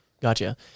Gotcha